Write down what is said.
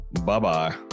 Bye-bye